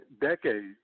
decades